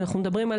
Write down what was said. ואנחנו מדברים,